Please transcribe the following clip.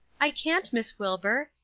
i can't, miss wilbur.